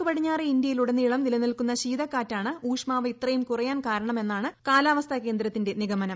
വടക്ക് പടിഞ്ഞാറേ ഇന്ത്യയിലൂടനീളം നിലനിൽക്കുന്നൂ ശ്രീരുക്കാറ്റാണ് ഊഷ്മാവ് ഇത്രയും കുറയാൻ കാരണമെന്നാണ് ക്യാലാവസ്ഥാ കേന്ദ്രത്തിന്റെ നിഗമനം